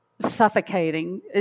suffocating